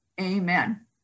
Amen